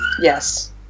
Yes